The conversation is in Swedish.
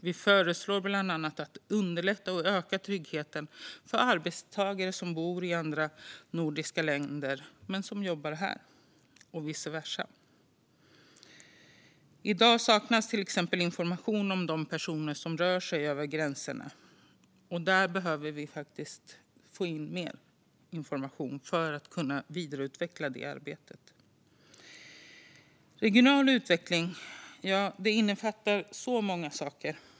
Vi föreslår bland annat att man ska underlätta och öka tryggheten för arbetstagare som bor i andra nordiska länder men jobbar här och vice versa. I dag saknas till exempel information om de personer som rör sig över gränserna, och här behöver vi få in mer information för att kunna vidareutveckla det nordiska samarbetet. Regional utveckling innefattar så mycket.